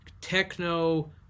techno